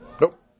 Nope